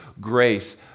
grace